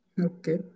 Okay